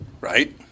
right